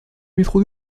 métro